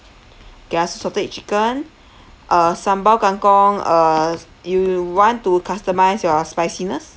K ah salted egg chicken uh sambal kangkong uh you want to customise your spiciness